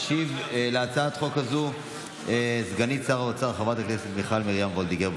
תשיב על הצעת חוק הזו סגנית שר האוצר חברת הכנסת מיכל מרים וולדיגר,